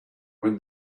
when